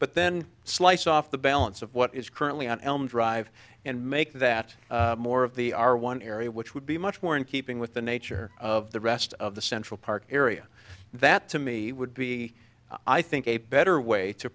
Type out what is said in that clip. but then slice off the balance of what is currently on elm drive and make that more of the our one area which would be much more in keeping with the nature of the rest of the central park area that to me would be i think a better way to